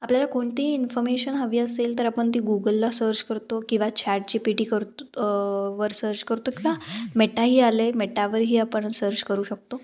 आपल्याला कोणतीही इन्फमेशन हवी असेल तर आपण ती गूगलला सर्च करतो किंवा चॅटजीपीटी करतो वर सर्च करतो किंवा मेटाही आलं आहे मेटावरही आपण सर्च करू शकतो